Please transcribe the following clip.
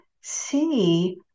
see